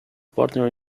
partner